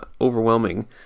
overwhelming